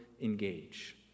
engage